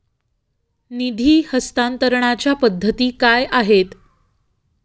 निधी हस्तांतरणाच्या पद्धती काय आहेत?